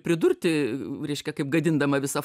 pridurti reiškia kaip gadindama visą